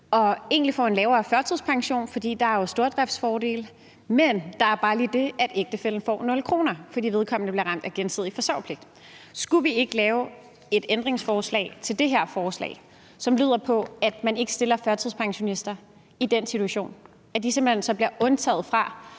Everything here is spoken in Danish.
og egentlig får en lavere førtidspension, fordi der jo er stordriftsfordele. Men der er bare lige det, at ægtefællen får nul kroner, fordi vedkommende bliver ramt af gensidig forsørgerpligt. Skulle vi ikke lave et ændringsforslag til det her forslag, som lyder på, at man ikke stiller førtidspensionister i den situation, altså at de så simpelt hen bliver undtaget fra